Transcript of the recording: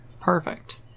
Perfect